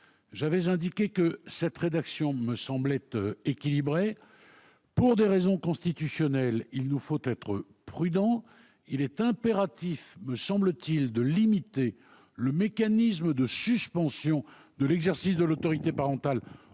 j'avais indiqué que celle-ci me semblait équilibrée. Pour des raisons constitutionnelles, il nous faut être prudents. Il est impératif de limiter le mécanisme de suspension de l'exercice de l'autorité parentale